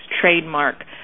trademark